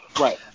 Right